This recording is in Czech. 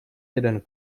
jeden